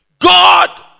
God